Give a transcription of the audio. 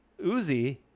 Uzi